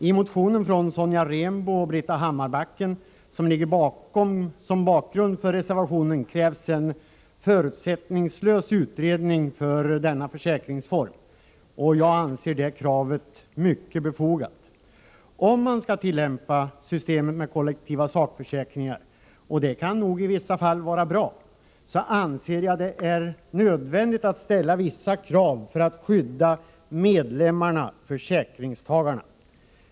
I motionen från Sonja Rembo och Britta Hammarbacken, som ligger som bakgrund för reservationen, krävs en förutsättningslös utredning av denna försäkringsform. Jag anser det kravet vara mycket befogat. Om man skall tillämpa systemet med kollektiva sakförsäkringar — och det kan nog i vissa fall vara bra — anser jag att det är nödvändigt att ställa vissa krav för att skydda medlemmarna-försäkringstagarna.